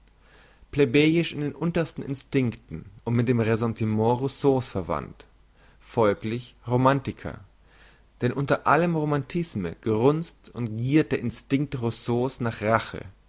plebejisch in den untersten instinkten und mit dem ressentiment rousseau's verwandt folglich romantiker denn unter allem romantisme grunzt und giert der instinkt rousseau's nach rache